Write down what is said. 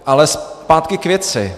Ale zpátky k věci.